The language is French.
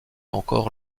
encore